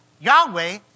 Yahweh